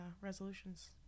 resolutions